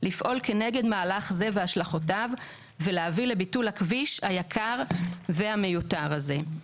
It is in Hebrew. לפעול כנגד מהלך זה והשלכותיו ולהביא לביטול הכביש היקר והמיותר הזה.